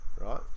Right